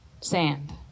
sand